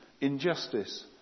injustice